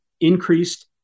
increased